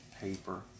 paper